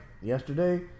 yesterday